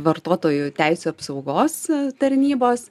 vartotojų teisių apsaugos tarnybos